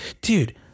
dude